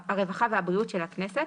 הרווחה והבריאות של הכנסת,